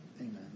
Amen